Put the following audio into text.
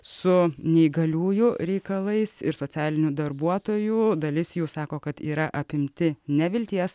su neįgaliųjų reikalais ir socialinių darbuotojų dalis jų sako kad yra apimti nevilties